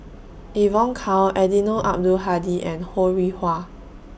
Evon Kow Eddino Abdul Hadi and Ho Rih Hwa